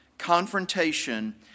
confrontation